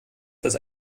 das